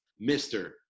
Mr